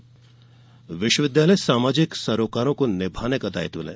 दीक्षांत समारोह विश्वविद्यालय सामाजिक सरोकारों को निभाने का दायित्व लें